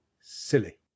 silly